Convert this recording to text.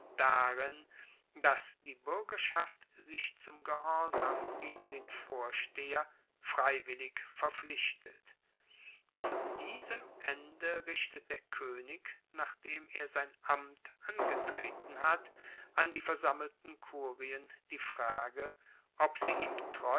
darin dass die buergerschaft sich zum gehorsam gegen den vorsteher freiwillig verpflichtet zu diesem ende richtet der koenig nachdem er sein amt angetreten hat an die versammelten kurien die frage ob sie ihm